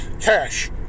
cash